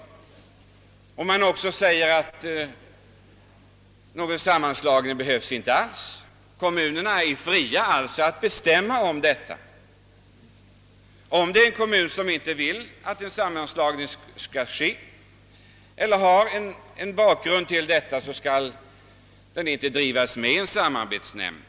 Det framhålls också i uttalandet att någon sammanslagning inte alls behövs — kommunerna är fria att bestämma. Om det är en kommun som mot bakgrund av vissa förhållanden inte vill att en sammanslagning skall ske skall den inte drivas med i en samarbetsnämnd.